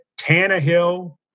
Tannehill